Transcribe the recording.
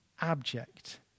abject